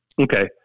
Okay